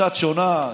קצת שונה.